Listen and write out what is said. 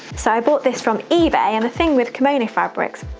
so i bought this from ebay, and the thing with kimono fabrics